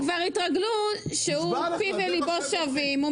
הם כבר התרגלו שהוא פיו וליבו שווים,